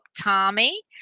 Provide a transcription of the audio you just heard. Tommy